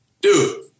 dude